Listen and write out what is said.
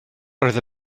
roedd